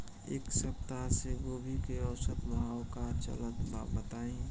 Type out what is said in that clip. एक सप्ताह से गोभी के औसत भाव का चलत बा बताई?